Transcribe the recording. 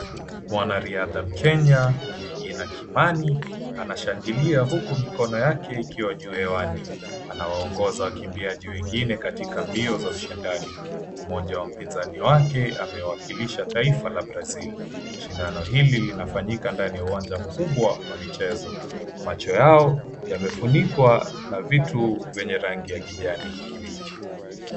Wanariadha Kenya mwenye jina Kimani anashangilia huku mikono yake ikiwa juu hewani anawaongoza wakimbiaji wengine katika mbio za ushindani. Mmoja wa upinzani wake amewakilisha taifa la Brazil. Shindano hili linafanyika ndani ya uwanja mkubwa na michezo. Macho yao yamefunikwa na vitu vyenye rangi ya kijani kibichi .